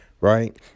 right